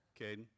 Caden